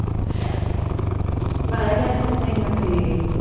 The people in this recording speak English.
yeah but i guess the thing would be,